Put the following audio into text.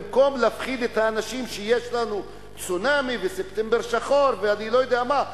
במקום להפחיד את האנשים שיש לנו צונאמי וספטמבר שחור ואני לא יודע מה,